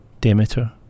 Demeter